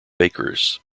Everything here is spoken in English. bakers